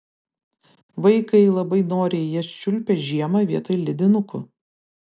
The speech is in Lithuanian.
vaikai labai noriai jas čiulpia žiemą vietoj ledinukų